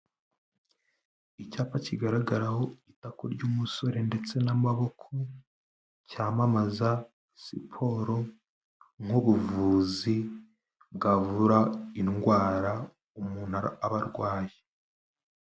Icyapa kigaragaraho itako ry'umusore ndetse n'amaboko, cyamamaza siporo nk'ubuvuzi bwavura indwara umuntu aba arwaye.